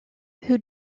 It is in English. who